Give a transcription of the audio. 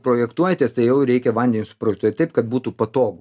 projektuojatės tai jau reikia vandenį suprojektuot taip kad būtų patogu